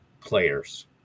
players